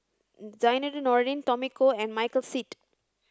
Zainudin Nordin Tommy Koh and Michael Seet